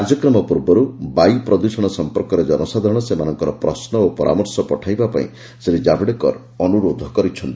କାର୍ଯ୍ୟକ୍ରମ ପୂର୍ବରୁ ବାୟ ପ୍ରଦ୍ୟଷଣ ସମ୍ପର୍କରେ ଜନସାଧାରଣ ସେମାନଙ୍କର ପ୍ରଶ୍ନ ଓ ପରାମର୍ଶ ପଠାଇବା ପାଇଁ ଶ୍ରୀ ଜାବଡେକର୍ ଅନୁରୋଧ କରିଛନ୍ତି